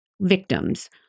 victims